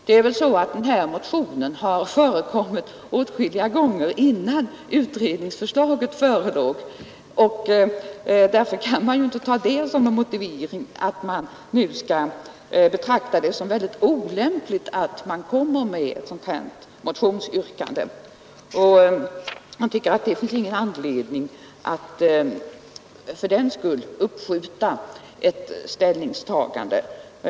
Men det har ju väckts åtskilliga motioner i denna fråga innan utredningsförslaget förelåg, och då kan man väl inte ta förslaget från utredningen som motivering för att betrakta det som mycket olämpligt av motionärerna att framställa sitt yrkande. Jag tycker inte att det fördenskull finns någon anledning att uppskjuta ett ställningstagande. Herr talman!